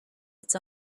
its